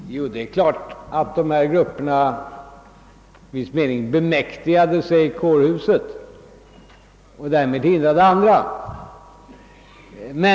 Herr talman! Det är riktigt att dessa grupper i viss mening bemäktigade sig kårhuset och därmed hindrade andra att komma dit.